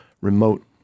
remote